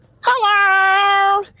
Hello